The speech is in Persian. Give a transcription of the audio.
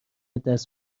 دست